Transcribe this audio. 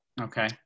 Okay